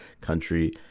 country